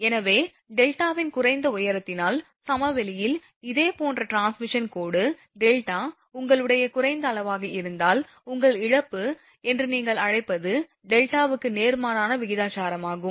எனவே டெல்டாவின் குறைந்த உயரத்தினால் சமவெளியில் இதே போன்ற டிரான்ஸ்மிஷன் கோடு டெல்டா உங்களுடைய குறைந்த அளவாக இருந்தால் உங்கள் இழப்பு என்று நீங்கள் அழைப்பது டெல்டாவுக்கு நேர்மாறான விகிதாசாரமாகும்